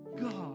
God